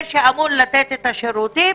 ושאמור לתת את השירותים,